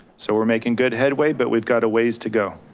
so we're making good headway, but we've got a ways to go.